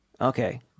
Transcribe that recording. Okay